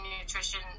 nutrition